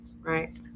right